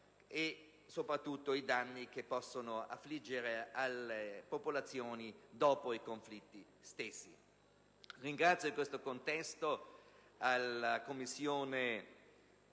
e soprattutto ridurre i danni che possono affliggere le popolazioni dopo i conflitti. Ringrazio in questo contesto la Commissione